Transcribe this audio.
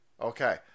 Okay